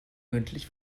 mündlich